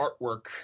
artwork